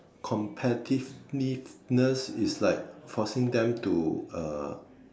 competitiveness is like forcing them to uh